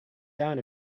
down